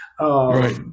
Right